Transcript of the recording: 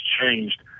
changed